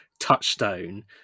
touchstone